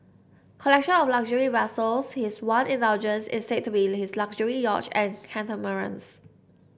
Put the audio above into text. collection of luxury vessels his one indulgence is said to be his luxury yachts and catamarans